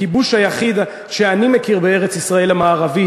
הכיבוש היחיד שאני מכיר בארץ-ישראל המערבית